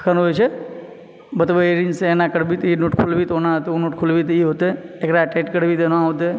तखन ओ जे छै बतबै ई रीनसँ एना करबिही तऽ ई नोट खोलबिही तऽ ओना हेतय ओ नोट खोलबिही तऽ ई हेतय एकरा टाइट करबिही तऽ एना होतय